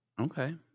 Okay